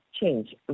change